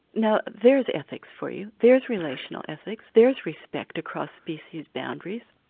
now there's ethics for you, there's relational ethics, there's respect across species boundaries.